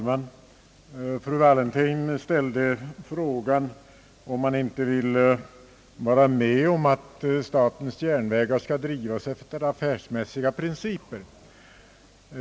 Herr talman! Fru Wallentheim frågade om man inte vill hålla med om att statens järnvägar skall drivas efter affärsmässiga principer.